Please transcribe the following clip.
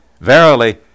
Verily